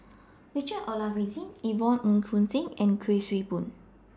Richard Olaf Winstedt Yvonne Ng Uhde and Kuik Swee Boon